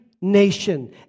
nation